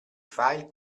file